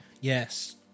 Yes